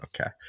okay